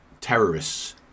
terrorists